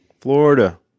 Florida